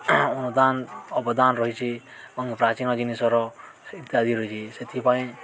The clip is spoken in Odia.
ଅନୁଦାନ ଅବଦାନ ରହିଛି ଏବଂ ପ୍ରାଚୀନ ଜିନିଷର ଇତ୍ୟାଦି ରହିଛି ସେଥିପାଇଁ